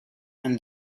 and